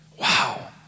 Wow